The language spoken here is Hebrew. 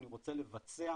אני רוצה לבצע